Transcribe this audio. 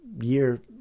year